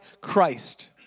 Christ